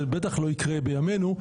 בטח לא יקרה בימינו,